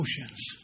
emotions